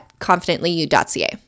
confidentlyu.ca